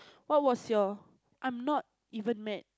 what was your I'm not even mad